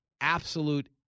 absolute